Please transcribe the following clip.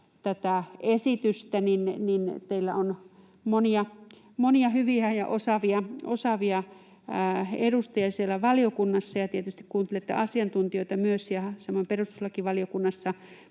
tätä esitystä — kun teillä on monia hyviä ja osaavia edustajia siellä valiokunnassa ja tietysti kuuntelette myös asiantuntijoita — ja samoin perustuslakivaliokunnassa,